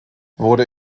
wurde